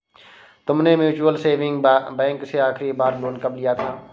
तुमने mutual saving bank से आखरी बार लोन कब लिया था?